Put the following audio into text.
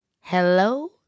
hello